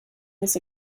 this